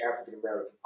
African-American